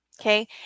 Okay